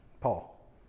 Paul